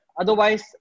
otherwise